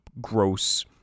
gross